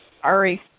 Sorry